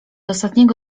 ostatniego